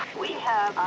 we have